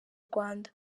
rwanda